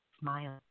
smile